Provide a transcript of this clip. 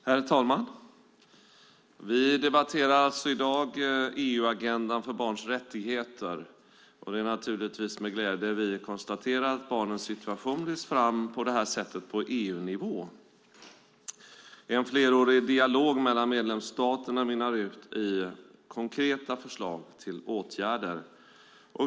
Herr talman! Vi debatterar alltså i dag EU-agendan för barns rättigheter. Det är med glädje vi konstaterar att barnens situation lyfts fram på det här sättet på EU-nivå. En flerårig dialog mellan medlemsstaterna mynnar ut i konkreta förslag till åtgärder.